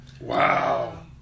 Wow